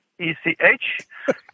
e-c-h